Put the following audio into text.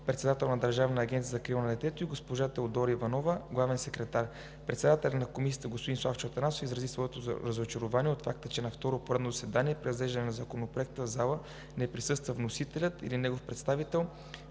председател на Държавна агенция „Закрила на детето“, и госпожа Теодора Иванова – главен секретар. Председателят на Комисията господин Славчо Атанасов изрази своето разочарование от факта, че на второ поредно заседание при разглеждане на Законопроекта в залата не присъства вносителят или негов представител.